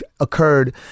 Occurred